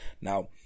Now